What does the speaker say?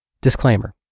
Disclaimer